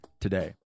today